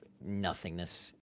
nothingness